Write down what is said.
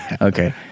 okay